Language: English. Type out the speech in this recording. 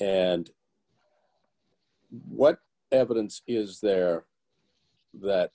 and what evidence is there that